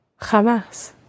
Jamás